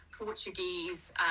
Portuguese